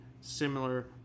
similar